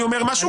אני אומר משהו,